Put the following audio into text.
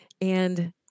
And-